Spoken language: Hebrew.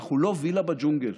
אנחנו לא וילה בג'ונגל.